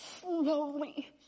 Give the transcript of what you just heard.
slowly